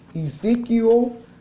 Ezekiel